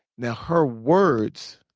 now, her words,